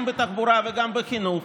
גם בתחבורה וגם בחינוך,